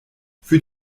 für